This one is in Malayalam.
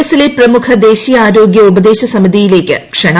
എസിലെ പ്രമുഖ ദേശീയ ആരോഗൃ ഉപദേശ സമിതിയിലേക്ക് ക്ഷണം